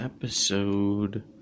Episode